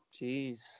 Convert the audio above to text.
Jeez